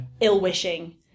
Ill-wishing